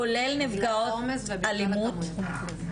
כולל נפגעות אלימות,